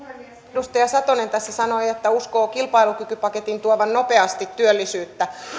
edustaja satonen tässä sanoi että uskoo kilpailukykypaketin tuovan nopeasti työllisyyttä